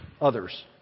others